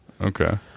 okay